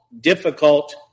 difficult